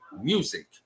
music